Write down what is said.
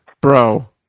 bro